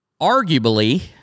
arguably